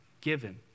given